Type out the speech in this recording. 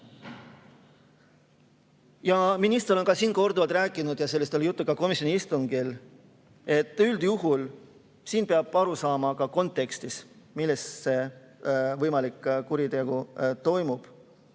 Minister ütles siin korduvalt ja sellest oli juttu ka komisjoni istungil, et üldjuhul peab aru saama ka kontekstist, milles see võimalik kuritegu toimub.